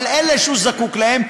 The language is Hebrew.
אבל אלה שהוא זקוק להם,